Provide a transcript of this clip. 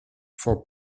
for